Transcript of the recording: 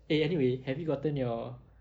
eh anyway have you gotten your